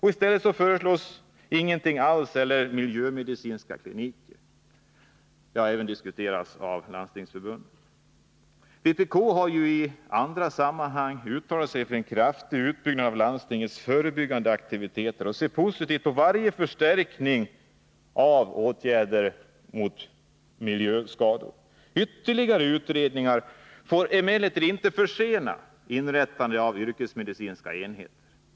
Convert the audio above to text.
I stället föreslås ingenting alls, eller ”miljömedicinska kliniker”, något som även diskuterats av Landstingsförbundet. Vpk har ju i andra sammanhang uttalat sig för en kraftig utbyggnad av landstingens förebyggande aktiviteter och ser därför positivt på varje förstärkning när det gäller åtgärder mot miljöskador. Ytterligare utredningar får emellertid inte försena inrättandet av yrkesmedicinska enheter.